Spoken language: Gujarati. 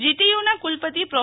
જીટીયુ ના કુલપતિ પ્રો